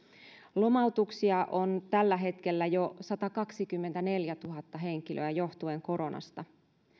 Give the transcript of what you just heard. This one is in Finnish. lomautuksia on tällä hetkellä jo satakaksikymmentäneljätuhatta henkilöä johtuen koronasta